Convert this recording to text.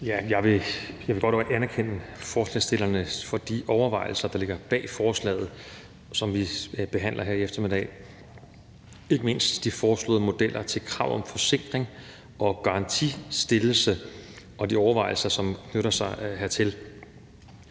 Jeg vil godt anerkende forslagsstillerne for de overvejelser, der ligger bag forslaget, som vi behandler her i eftermiddag. Det drejer sig ikke mindst om de foreslåede modeller til krav om forsikring om og garantistillelse og de overvejelser, som knytter sig hertil.